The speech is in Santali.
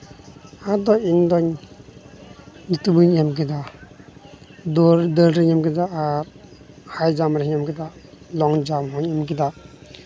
ᱟᱫᱚ ᱤᱧᱫᱚᱧ ᱧᱩᱛᱩᱢᱤᱧ ᱮᱢ ᱠᱮᱫᱟ ᱫᱟᱹᱲ ᱨᱤᱧ ᱮᱢ ᱠᱮᱫᱟ ᱟ ᱦᱟᱭ ᱡᱟᱢ ᱨᱮᱧ ᱮᱢ ᱠᱮᱫᱟ ᱞᱚᱝ ᱡᱟᱢ ᱨᱮᱦᱚᱸᱧ ᱮᱢ ᱠᱮᱫᱟ